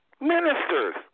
Ministers